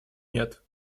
нет